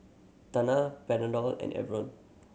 Tena Panadol and Enervon